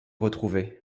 retrouvé